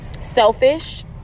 selfish